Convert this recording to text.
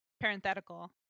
Parenthetical